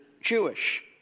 Jewish